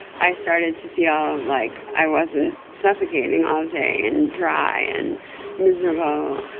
i started to feel like i wasn't suffocating all day and dry and miserable.